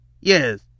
Yes